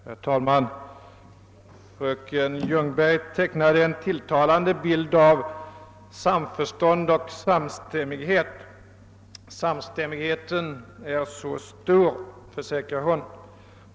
Herr talman! Fröken Ljungberg tecknade en tilltalande bild av samförstånd och samstämmighet. Samstämmigheten är så stor, försäkrar hon.